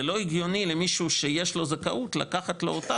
זה לא הגיוני למישהו שיש לו זכאות לקחת לו אותה